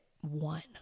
one